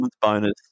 bonus